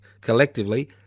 collectively